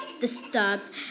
disturbed